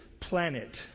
planet